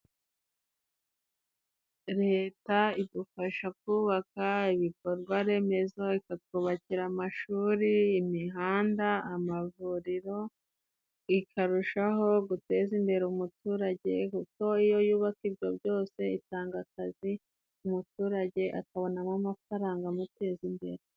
Leta idufasha kubaka ibikorwa remezo, ikatwubakira amashuri, imihanda, amavuriro, ikarushaho guteza imbere umuturage kuko iyo yubaka ibyo byose itanga akazi, umuturage akabonamo amafaranga amuteza imbere.